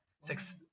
six